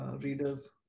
Readers